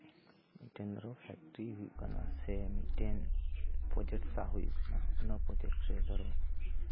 ᱢᱤᱫᱴᱮᱱ ᱫᱚ ᱯᱷᱮᱠᱴᱤᱨᱤ ᱦᱩᱭᱩᱜ ᱠᱟᱱᱟ ᱥᱮ ᱢᱤᱫᱴᱮᱱ ᱯᱨᱚᱡᱮᱠᱴ ᱥᱟ ᱦᱩᱭᱩᱜ ᱠᱟᱱᱟ ᱚᱱᱟ ᱯᱨᱚᱡᱮᱠᱴ ᱨᱮᱫᱚ